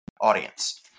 audience